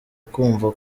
kumva